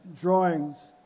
drawings